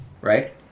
right